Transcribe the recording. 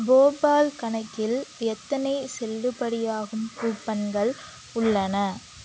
போபால் கணக்கில் எத்தனை செல்லுபடியாகும் கூப்பன்கள் உள்ளன